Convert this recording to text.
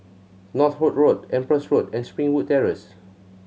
Northolt Road Empress Road and Springwood Terrace